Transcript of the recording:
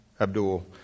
Abdul